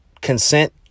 Consent